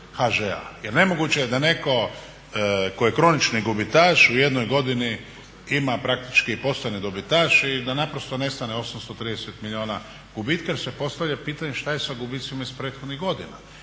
Jer nemoguće je da netko tko je kronični gubitaš u jednoj godini ima praktički i postane dobitaš i da naprosto nestane 830 milijuna gubitka. Jer se postavlja pitanje što je sa gubicima iz prethodnih godina?